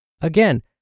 Again